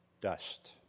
dust